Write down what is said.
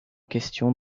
question